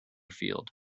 field